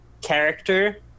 character